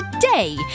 today